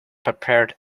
prepared